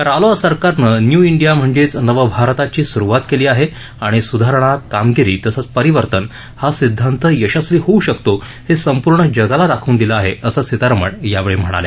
रालोआ सरकारनं new India म्हणजेच नव भारताची सुरुवात केली आहे आणि सुधारणा कामगिरी तसंच परिवर्तन हा सिद्धांत यशस्वी होऊ शकतो हे संपूर्ण जगाला दाखवून दिलं आहे असं सीतारामन यावेळी म्हणाल्या